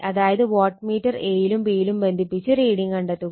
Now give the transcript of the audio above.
അതായത് watt meter a യിലും b യിലും ബന്ധിപ്പിച്ച് റീഡിങ് കണ്ടെത്തുക